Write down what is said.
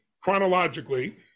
chronologically